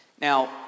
Now